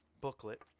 booklet